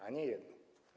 A nie jedną.